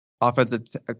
offensive